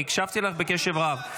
אני הקשבתי לך בקשב רב.